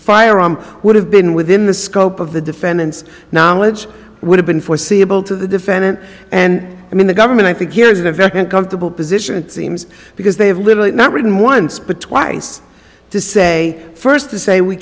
firearm would have been within the scope of the defendant's knowledge would have been foreseeable to the defendant and i mean the government i think here is a very uncomfortable position it seems because they have literally not written once but twice to say first to